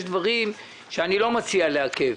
יש דברים שאני לא מציע לעכב.